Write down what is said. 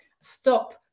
stop